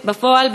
בפועל,